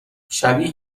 شبیه